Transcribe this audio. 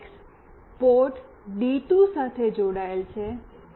TX port D two સાથે જોડાયેલ છે